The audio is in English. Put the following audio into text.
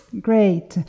Great